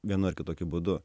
vienu ar kitokiu būdu